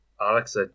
Alex